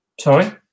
Sorry